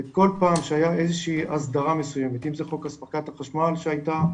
כל פעם שהיה איזה שהיא הסדרה מסוימת עם זה חוק הספקת החשמל שהיה,